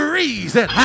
reason